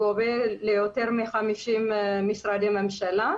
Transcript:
הוא גובה ליותר מ-50 משרדי ממשלה.